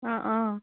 অঁ অঁ